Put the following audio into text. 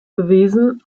gewesen